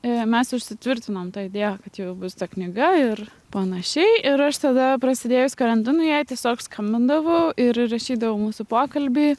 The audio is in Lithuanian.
mes užsitvirtinom tą idėją kad jau bus ta knyga ir panašiai ir aš tada prasidėjus karantinui jai tiesiog skambindavau ir įrašydavo mūsų pokalbį